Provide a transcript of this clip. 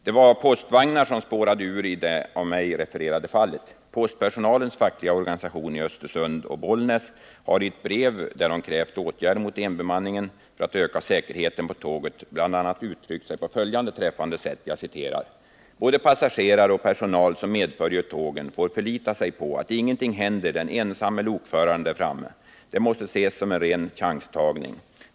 Det var postvagnar som spårade ur i det av mig refererade fallet. Postpersonalens fackliga organisation i Östersund och Bollnäs har i ett brev, där de krävt åtgärder mot enbemanningen för att öka säkerheten på tågen, bl.a. uttryckt sig på följande träffande sätt: ”Både passagerare och personal som medföljer tågen får förlita sig på att ingenting händer den ensamme lokföraren där framme. Det måste ses som en ren chanstagning.